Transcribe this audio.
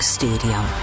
stadium